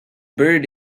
buried